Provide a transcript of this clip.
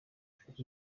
afite